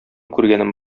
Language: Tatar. күргәнем